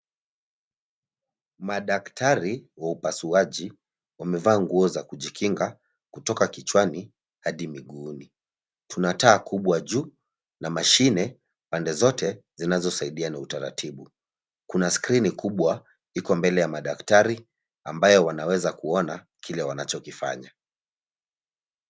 Madaktari wa upasuaji umevaa nguo za kujikinga kutoka kichwani hadi miguuni. Tuna taa kubwa juu na mashine pande zote zinazosaidia na utaratibu. Kuna skrini kubwa iko mbele ya madaktari ambayo wanaweza kuona kile wanachokifanya.